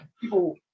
people